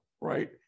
right